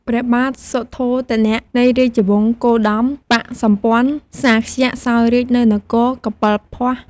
ព្រះបាទសុទ្ធោទនៈ នៃរាជវង្សគោតម បក្សសម្ព័ន្ធសាក្យៈ សោយរាជ្យនៅនគរកបិលពស្តុ។